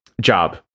Job